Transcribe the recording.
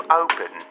open